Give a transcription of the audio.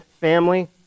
family